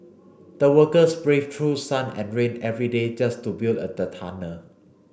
the workers braved through sun and rain every day just to build a the tunnel